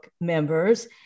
members